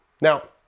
Now